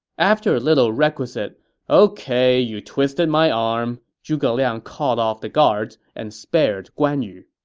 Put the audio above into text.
after a little requisite ok, you twisted my arm, zhuge liang called off the guards and spared guan yu.